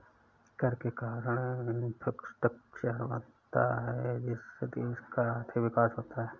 कर के कारण है इंफ्रास्ट्रक्चर बनता है जिससे देश का आर्थिक विकास होता है